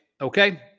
okay